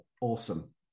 awesome